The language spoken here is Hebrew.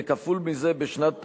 וכפול מזה בשנת בחירות,